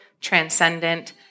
transcendent